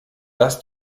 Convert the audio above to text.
dass